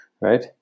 right